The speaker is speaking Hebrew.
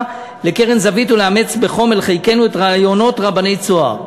לקרן זווית ולאמץ בחום אל חיקנו את רעיונות רבני 'צהר'.